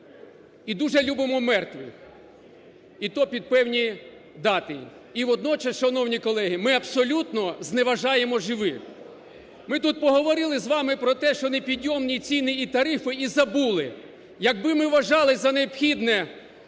і дуже любимо мертвих, і то під певні дати. І водночас, шановні колеги, ми абсолютно зневажаємо живих. Ми тут поговорили з вами про те, що непідйомні ціни і тарифи, – і забули. Якби ми вважали за необхідне